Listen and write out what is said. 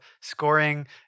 scoring